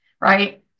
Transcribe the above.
right